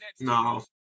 No